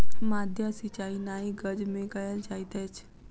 माद्दा सिचाई नाइ गज में कयल जाइत अछि